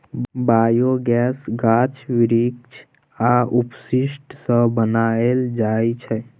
biogas गाछ बिरीछ आ अपशिष्ट सँ बनाएल जाइ छै